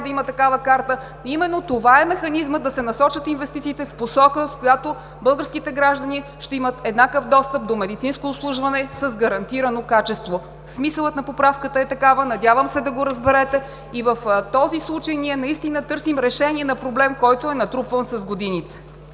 да има такава карта и именно това е механизмът да се насочат инвестициите в посока, в която българските граждани ще имат еднакъв достъп до медицинско обслужване с гарантирано качество. Смисълът на поправката е такъв. Надявам се да го разберете. И в този случай ние наистина търсим решение на проблем, който е натрупван с годините.